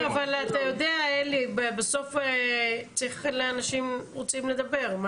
בסדר, אבל אתה יודע אלי, בסוף אנשים רוצים לדבר.